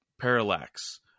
Parallax